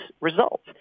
results